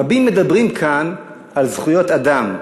רבים מדברים כאן על זכויות אדם.